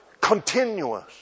continuous